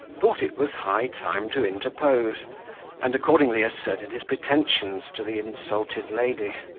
thought it was high time to interpose and accordingly asserted his pretensions to the insulted lady,